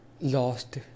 lost